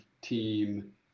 team